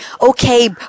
okay